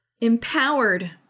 empowered